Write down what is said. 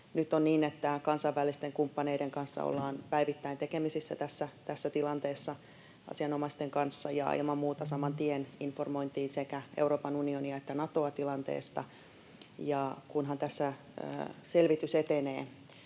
Nyt on niin, että kansainvälisten kumppaneiden kanssa, asianomaisten kanssa, ollaan päivittäin tekemisissä tässä tilanteessa, ja ilman muuta saman tien informoitiin sekä Euroopan unionia että Natoa tilanteesta. Ja kunhan tässä selvitys etenee